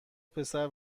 پسر